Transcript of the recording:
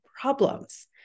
problems